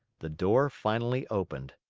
the door finally opened.